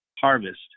Harvest